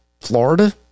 Florida